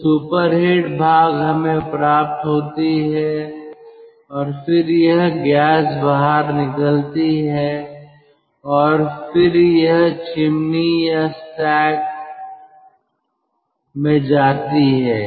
तो सुपरहिट भाप हमें प्राप्त होती है और फिर यह गैस बाहर निकलती है और फिर यह चिमनी या स्टैक में जाती है